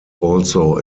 also